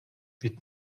wird